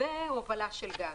והובלה של גז.